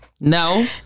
No